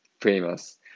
famous